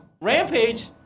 Rampage